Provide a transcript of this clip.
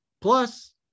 Plus